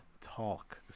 Talk